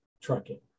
trucking